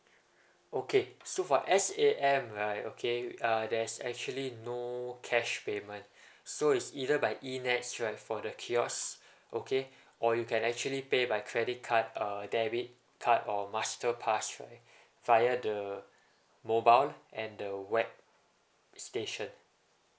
okay so for S_A_M right okay uh there's actually no cash payment so it's either by E nets right for the kiosk okay or you can actually pay by credit card uh debit card or master cards via the mobile and the web station